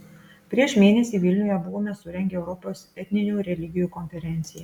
prieš mėnesį vilniuje buvome surengę europos etninių religijų konferenciją